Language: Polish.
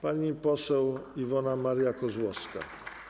Pani poseł Iwona Maria Kozłowska.